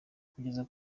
kugeza